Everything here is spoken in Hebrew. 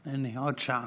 הינה, עוד שעה.